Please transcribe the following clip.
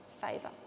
favour